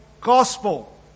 gospel